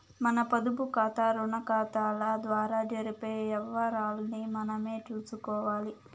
మన పొదుపుకాతా, రుణాకతాల ద్వారా జరిపే యవ్వారాల్ని మనమే సూసుకోవచ్చు